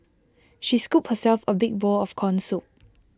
she scooped herself A big bowl of Corn Soup